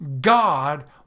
God